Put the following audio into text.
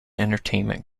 entertainment